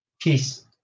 Peace